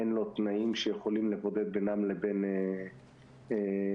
אין לו תנאים שיכולים לבודד בינם לבין עובדים